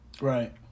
Right